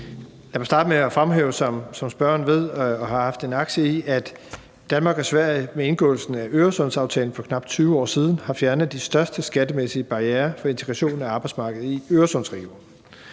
Lad mig starte med at fremhæve, som spørgeren ved og har haft en aktie i, at Danmark og Sverige med indgåelsen af Øresundsaftalen for knap 20 år siden har fjernet de største skattemæssige barrierer for integrationen af arbejdsmarkedet i Øresundsregionen.